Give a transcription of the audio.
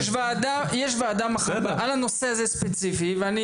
יש ועדה מחר ספציפית על הנושא הזה,